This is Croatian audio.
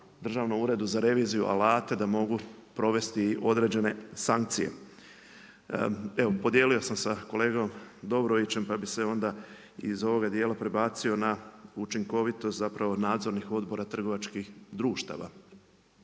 Državnom uredu za reviziju alate da mogu provesti određene sankcije. Evo podijelio sam sa kolegom Dobrovićem, pa bi se onda iz ovoga dijela prebacio na učinkovitost zapravo nadzornih odbora trgovačkih društava.